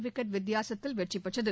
wicket வித்தியாசத்தில் வெற்றி பெற்றது